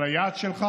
אבל היעד שלך